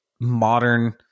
modern